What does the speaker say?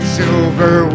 silver